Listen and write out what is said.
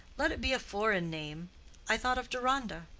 let it be a foreign name i thought of deronda.